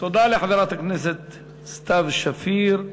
תודה לחברת הכנסת סתיו שפיר.